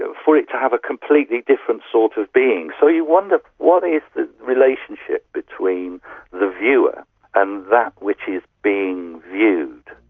ah for it to have a completely different sort of being. so you wonder, what is the relationship between the viewer and that which is being viewed?